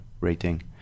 rating